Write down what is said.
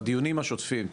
בדיונים השוטפים,